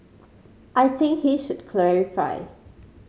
I think he should clarify